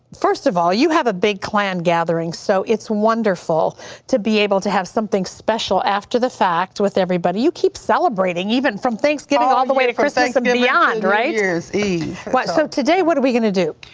first of all, you have a big clan gathering, so it's wonderful to be able to have something special after the fact with everybody. you keep celebrating even from thanksgiving, all the way to christmas and beyond, right? into new year's eve. but so today, what are we gonna do?